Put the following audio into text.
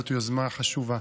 וזאת יוזמה חשובה.